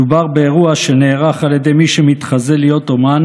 מדובר באירוע שנערך על ידי מי שמתחזה להיות אומן